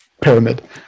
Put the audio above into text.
pyramid